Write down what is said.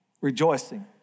rejoicing